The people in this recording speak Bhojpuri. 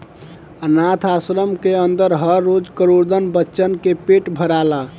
आनाथ आश्रम के अन्दर हर रोज करोड़न बच्चन के पेट भराला